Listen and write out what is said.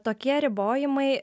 tokie ribojimai